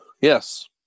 Yes